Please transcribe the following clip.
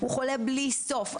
הוא חולה בלי סוף.